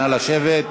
נא לשבת.